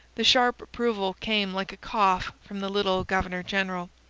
the sharp approval came like a cough from the little governor-general.